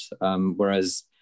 Whereas